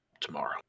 tomorrow